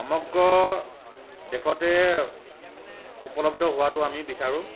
সমগ্ৰ দেশতে উপলব্ধ হোৱাতো আমি বিচাৰোঁ